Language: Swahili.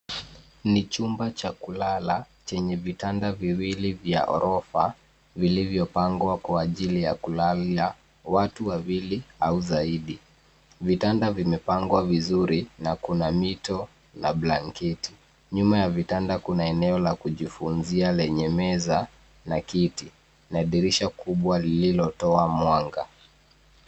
Ni chumba cha kulala chenye vitanda viwili vya orofa vilivyopangwa kwa ajili ya kulala, watu wawili au zaidi. Vitanda vimepangwa vizuri na kuna mito na blanketi. Nyuma ya vitanda kuna eneo la kujifunzia lenye meza na kiti na dirisha kubwa lililotoa mwanga.